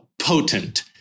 potent